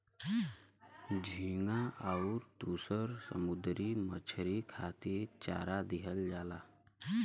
झींगा आउर दुसर समुंदरी मछरी खातिर चारा दिहल जाला